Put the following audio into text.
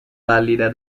pallida